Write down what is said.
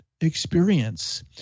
experience